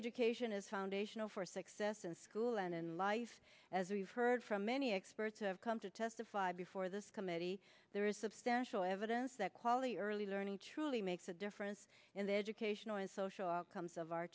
education is foundational for success in school and in life as we've heard from many experts have come to testify before this committee there is substantial evidence that quality early learning truly makes a difference in the educational and social outcomes of our